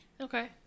Okay